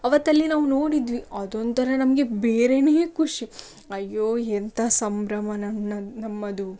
ಆವತ್ತಲ್ಲಿ ನಾವು ನೋಡಿದ್ವಿ ಅದೊಂಥರ ನಮಗೆ ಬೇರೇನೆ ಖುಷಿ ಅಯ್ಯೋ ಎಂಥ ಸಂಭ್ರಮ ನನ್ನ ನಮ್ಮದು